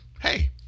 hey